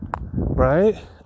Right